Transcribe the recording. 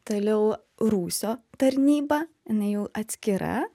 toliau rūsio tarnyba jinai jau atskira